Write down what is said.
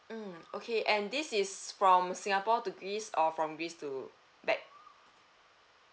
mm okay and this is from singapore to greece or from greece to back